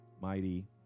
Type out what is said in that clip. mighty